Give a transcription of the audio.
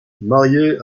marié